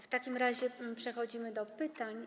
W takim razie przechodzimy do pytań.